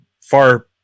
far